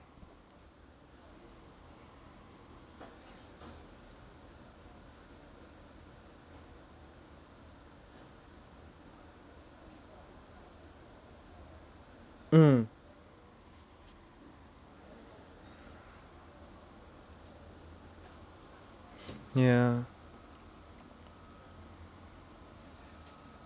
mm ya